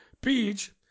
Beach